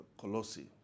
Colossi